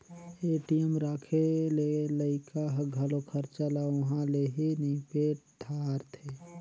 ATM राखे ले लइका ह घलो खरचा ल उंहा ले ही निपेट दारथें